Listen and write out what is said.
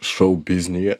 šou biznyje